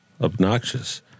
obnoxious